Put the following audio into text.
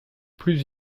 plus